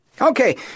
Okay